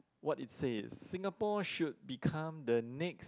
what it says Singapore should become the next